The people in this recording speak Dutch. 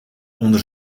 onder